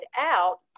out